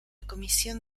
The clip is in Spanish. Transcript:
comisión